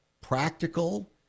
Practical